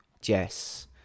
Jess